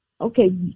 Okay